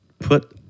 put